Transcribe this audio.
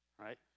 right